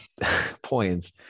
points